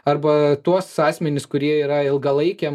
arba tuos asmenis kurie yra ilgalaikiam